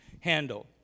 handle